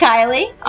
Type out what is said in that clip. Kylie